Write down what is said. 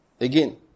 Again